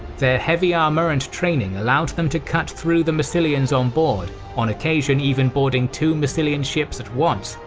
their heavy armour and training allowed them to cut through the massilians on board, on occasion even boarding two massilians ships at once,